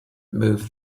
move